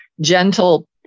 gentle